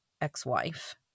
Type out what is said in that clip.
ex-wife